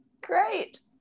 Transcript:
Great